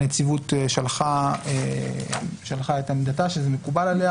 הנציבות שלחה את עמדתה שזה מקובל עליה